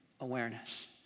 awareness